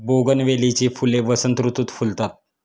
बोगनवेलीची फुले वसंत ऋतुत फुलतात